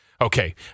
Okay